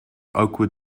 oakwood